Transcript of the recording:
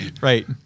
Right